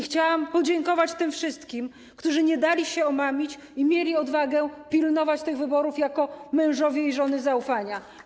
Chciałam podziękować tym wszystkim, którzy nie dali się omamić i mieli odwagę pilnować tych wyborów jako mężowie i żony zaufania.